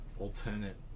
alternate